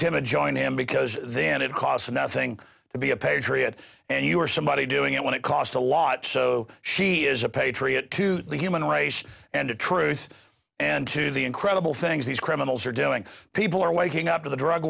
timid join him because then it costs nothing to be a patriot and you are somebody doing it when it cost a lot so she is a patriot to the human race and to truth and to the incredible things these criminals are doing people are waking up to the drug